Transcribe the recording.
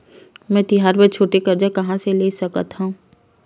मेंहा तिहार बर छोटे कर्जा कहाँ ले सकथव?